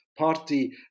party